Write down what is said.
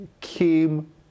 came